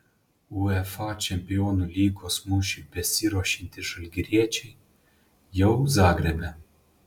uefa čempionų lygos mūšiui besiruošiantys žalgiriečiai jau zagrebe